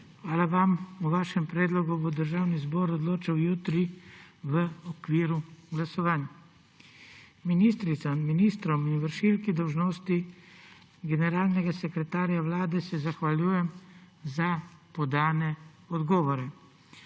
Hvala vam. O vašem predlogu bo Državni zbor odločal jutri v okviru glasovanj. Ministricam, ministrom in vršilki dolžnosti generalnega sekretarja Vlade se zahvaljujem za podane odgovore.